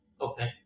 Okay